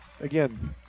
again